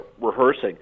rehearsing